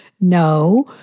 No